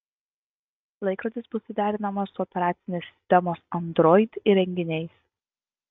laikrodis bus suderinamas su operacinės sistemos android įrenginiais